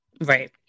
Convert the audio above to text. right